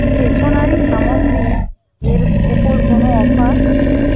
stationery সামগ্রী এর উপর কোনও অফার